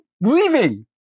leaving